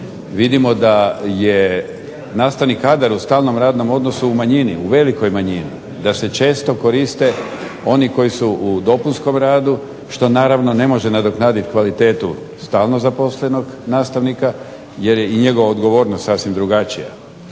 Vidimo da je nastavni kadar u stalnom radnom odnosu u manjini, u velikoj manjini. Da se često koriste oni koji su u dopunskom radu što naravno ne može nadoknaditi kvalitetu stalno zaposlenog nastavnika jer je i njegova odgovornost sasvim drugačija.